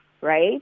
right